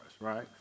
right